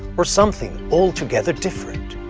or something altogether different?